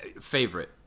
favorite